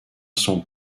son